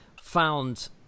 found